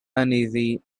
uneasy